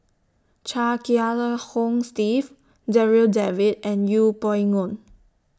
Chia Kiah Hong Steve Darryl David and Yeng Pway Ngon